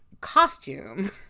costume